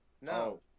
No